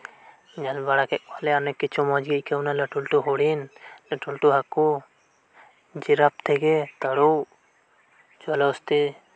ᱧᱮᱞ ᱵᱟᱲᱟᱠᱮᱫ ᱠᱚᱣᱟᱞᱮ ᱟᱹᱰᱤ ᱠᱤᱪᱷᱩ ᱢᱚᱪᱜᱤ ᱟᱹᱭᱠᱟᱹᱣᱮᱱᱟ ᱞᱟᱹᱴᱩ ᱞᱟᱹᱴᱩ ᱦᱚᱨᱤᱱ ᱞᱟᱹᱴᱩ ᱞᱟᱹᱴᱩ ᱦᱟᱠᱩ ᱡᱤᱨᱟᱯ ᱟᱨ ᱛᱟᱹᱨᱩᱵ ᱫᱟᱜ ᱨᱮ ᱛᱟᱦᱮᱸᱱ ᱦᱟᱹᱛᱤ